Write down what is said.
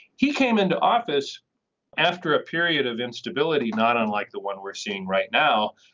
he came into office after a period of instability not unlike the one we're seeing right now.